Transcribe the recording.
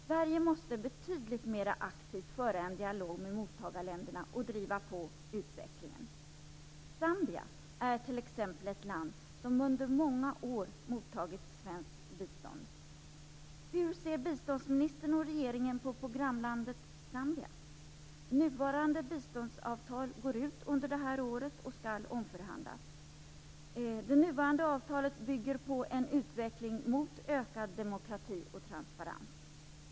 Sverige måste betydligt mer aktivt föra en dialog med mottagarländerna och driva på utvecklingen. Zambia är t.ex. ett land som under många år tagit emot svenskt bistånd. Hur ser biståndsministern och regeringen på programlandet Zambia? Nuvarande biståndsavtal går ut under det här året, och skall omförhandlas. Det nuvarande avtalet bygger på en utveckling mot ökad demokrati och transparens.